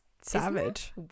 savage